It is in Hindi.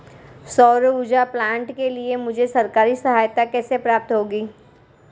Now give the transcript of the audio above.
सौर ऊर्जा प्लांट के लिए मुझे सरकारी सहायता कैसे प्राप्त होगी?